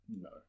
No